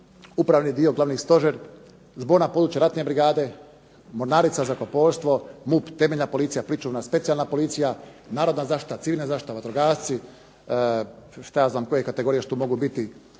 upravni dio, Glavni stožer, zborna područja, ratne brigade, mornarica, zrakoplovstvo, MUP, temeljna policija, pričuvna Specijalna policija, narodna zaštita, civilna zaštita, vatrogasci, šta ja znam koje kategorije što mogu biti